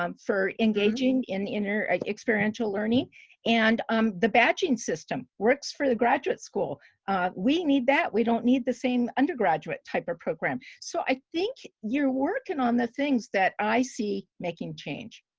um for engaging in inner experiential learning and um the badging system works for the graduate school we need that we don't need the same undergraduate type of program so i think you're working on the things that i. see making change,